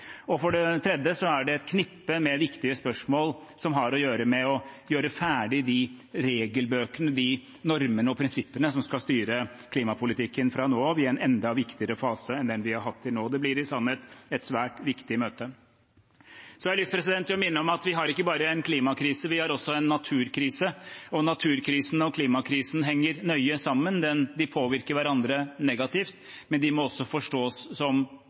For det tredje er det et knippe med viktige spørsmål som hahandler om å gjøre ferdig de regelbøkene, de normene og prinsippene som skal styre klimapolitikken fra nå av, i en enda viktigere fase enn den vi har hatt til nå. Det blir i sannhet et svært viktig møte. Så har jeg lyst til å minne om at vi ikke bare har en klimakrise, vi har også en naturkrise. Naturkrisen og klimakrisen henger nøye sammen, de påvirker hverandre negativt, men de må også forstås som